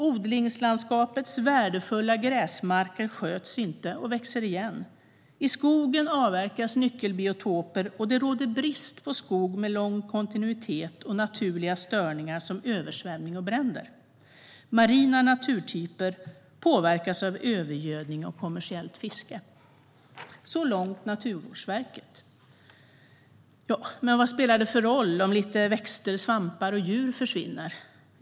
- Odlingslandskapets värdefulla gräsmarker sköts inte och växer igen. I skogen avverkas nyckelbiotoper och det råder brist på skog med lång kontinuitet och naturliga störningar som översvämning och bränder. Marina naturtyper påverkas av övergödning och kommersiellt fiske." Så långt Naturvårdsverket. Vad spelar det då för roll om lite växter, svampar och djur försvinner?